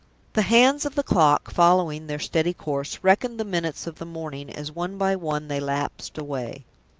the hands of the clock, following their steady course, reckoned the minutes of the morning as one by one they lapsed away.